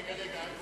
תודה רבה.